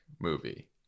movie